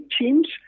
teams